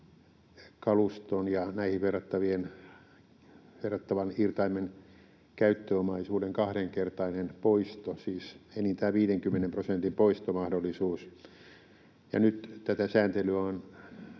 ja näihin verrattavan irtaimen käyttöomaisuuden kahdenkertainen poisto, siis enintään 50 prosentin poistomahdollisuus, ja nyt tätä sääntelyä on